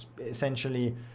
essentially